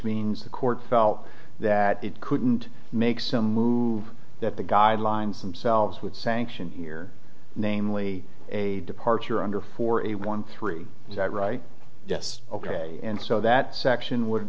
means the court felt that it couldn't make some move that the guidelines them selves with sanction here namely a departure under for a one three is that right yes ok and so that section would